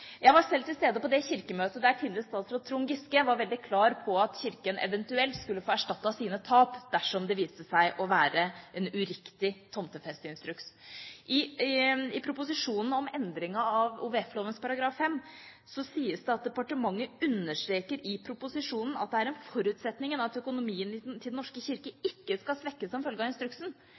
Jeg var sjøl til stede på Kirkemøtet der tidligere statsråd Trond Giske var veldig klar på at Kirken eventuelt skulle få erstattet sine tap dersom det viste seg å være en uriktig tomtefesteinstruks. I proposisjonen om endringen av OVF-loven § 5 sies det at departementet understreker at det er en forutsetning at økonomien til Den norske kirke ikke skal svekkes som følge av instruksen.